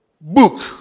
book